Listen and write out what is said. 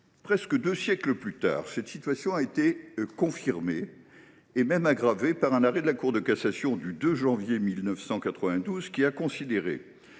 Presque deux siècles plus tard, cette situation a été confirmée et même aggravée par un arrêt de la Cour de cassation du 2 janvier 1992. La Cour y considérait